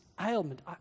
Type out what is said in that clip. ailment